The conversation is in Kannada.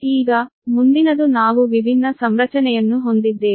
ಈಗ ಮುಂದಿನದು ನಾವು ವಿಭಿನ್ನ ಸಂರಚನೆಯನ್ನು ಹೊಂದಿದ್ದೇವೆ